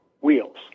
wheels